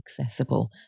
accessible